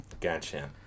gotcha